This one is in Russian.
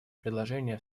предложения